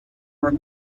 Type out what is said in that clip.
work